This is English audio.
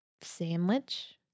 sandwich